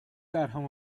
درهم